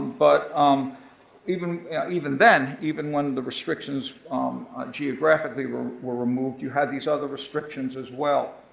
but um even even then, even when the restrictions geographically were were removed, you have these other restrictions, as well.